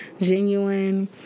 genuine